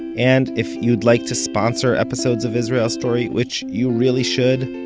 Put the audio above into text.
and, if you'd like to sponsor episodes of israel story, which you really should,